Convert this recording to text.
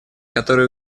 которую